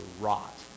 rot